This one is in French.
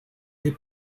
les